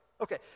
Okay